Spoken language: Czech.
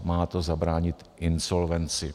Má to zabránit insolvenci.